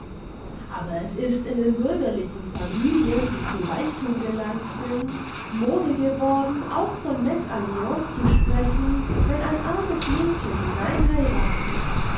aber es ist in den bürgerlichen familien die zu reichtum gelangt sind mode geworden auch von mesalliance zu sprechen wenn ein armes mädchen